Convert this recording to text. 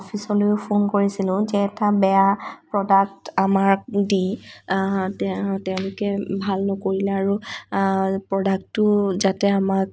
অফিচলেও phone কৰিছিলোঁ যে এটা বেয়া প্ৰডাক্ট আমাক দি তে তেওঁলোকে ভাল নকৰিলে আৰু প্ৰডাক্টটো যাতে আমাক